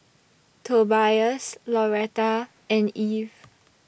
Tobias Lauretta and Eve